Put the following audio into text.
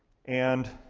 and.